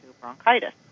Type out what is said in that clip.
bronchitis